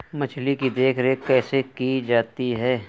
मछली की देखरेख कैसे की जाती है?